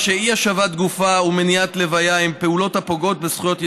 שאי-השבת הגופה ומניעת הלוויה הן פעולות הפוגעות בזכויות יסוד,